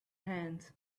hand